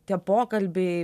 tie pokalbiai